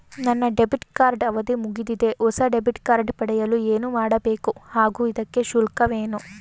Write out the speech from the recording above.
ನನ್ನ debit card ಅವಧಿ ಮುಗಿದಿದೆ ಹೊಸ ಡೆಬಿಟ್ ಕಾರ್ಡ್ ಪಡೆಯಲು ಏನು ಮಾಡಬೇಕು ಹಾಗೂ ಇದಕ್ಕೆ ಶುಲ್ಕವೇನು?